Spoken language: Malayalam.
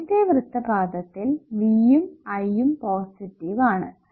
ആദ്യത്തെ വൃത്തപാദത്തിൽ V യും I യും പോസിറ്റീവ് ആണ്